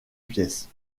pièces